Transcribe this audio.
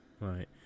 Right